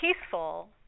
peaceful